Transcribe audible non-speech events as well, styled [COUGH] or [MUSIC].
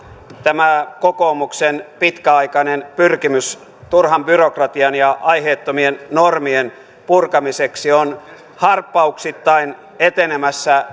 tämä kokoomuksen pitkäaikainen pyrkimys turhan byrokratian ja aiheettomien normien purkamiseksi on harppauksittain etenemässä [UNINTELLIGIBLE]